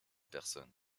personnes